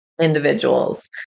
individuals